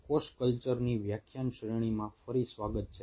કોષ કલ્ચરની વ્યાખ્યાન શ્રેણીમાં ફરી સ્વાગત છે